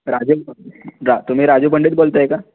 राजू रा तुम्ही राजू पंडित बोलताय का